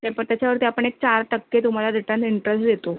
ते प् त्याच्यावरती आपण एक चार टक्के तुम्हाला रिटर्न इंटरेस्ट देतो